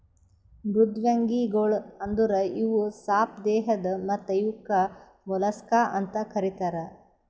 ಮೃದ್ವಂಗಿಗೊಳ್ ಅಂದುರ್ ಇವು ಸಾಪ್ ದೇಹದ್ ಮತ್ತ ಇವುಕ್ ಮೊಲಸ್ಕಾ ಅಂತ್ ಕರಿತಾರ್